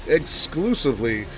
exclusively